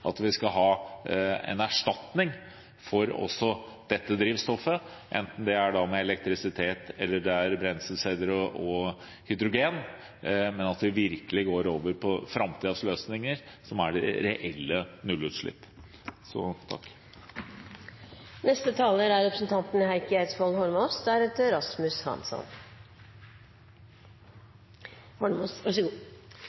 at vi kan få en erstatning for også dette drivstoffet, enten det er elektrisitet eller brenselceller og hydrogen. Men vi må virkelig gå over til framtidens løsninger, som gir reelle nullutslipp. La meg begynne med å si tusen takk